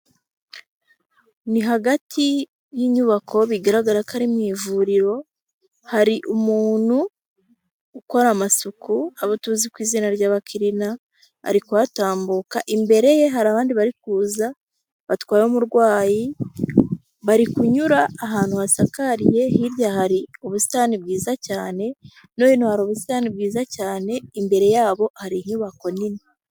Ni hagati y'inyubako bigaragara ko ari mu ivuriro, hari umuntu ukora amasuku abo tuzi ku izina ry'abakirina, ari kuhatambuka imbere ye hari abandi bari kuza batwaye umurwayi, bari kunyura ahantu hasakariye, hirya hari ubusitani bwiza cyane no hino hari ubusitani bwiza cyane, imbere yabo hari inyubako nini.